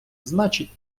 значить